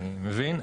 אני מבין,